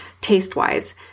taste-wise